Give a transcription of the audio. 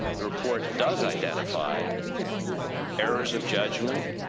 the report does identify errors of judgment,